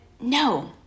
no